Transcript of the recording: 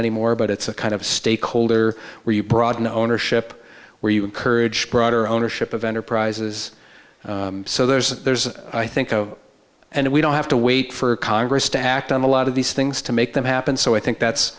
anymore but it's a kind of stakeholder where you broaden ownership where you encourage broader ownership of enterprises so there's there's i think of and we don't have to wait for congress to act on a lot of these things to make them happen so i think that's